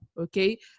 okay